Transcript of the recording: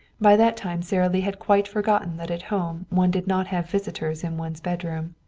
by that time sara lee had quite forgotten that at home one did not have visitors in one's bedroom.